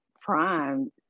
prime